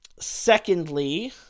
Secondly